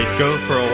go for